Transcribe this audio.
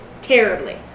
terribly